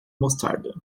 mostarda